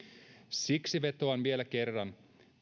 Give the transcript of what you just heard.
siksi vetoan vielä kerran